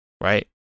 Right